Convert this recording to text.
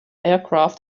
aircraft